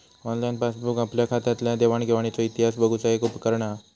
online passbook आपल्या खात्यातल्या देवाण घेवाणीचो इतिहास बघुचा एक उपकरण हा